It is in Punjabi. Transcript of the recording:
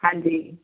ਹਾਂਜੀ